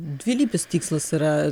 dvilypis tikslas yra